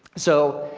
so,